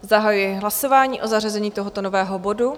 Zahajuji hlasování o zařazení tohoto nového bodu.